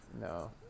No